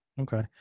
Okay